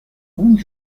اون